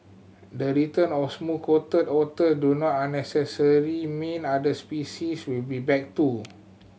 the return of smooth coated otter do not a necessary mean other species will be back too